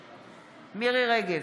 בעד מירי מרים רגב,